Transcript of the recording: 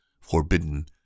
forbidden